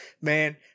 Man